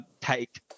take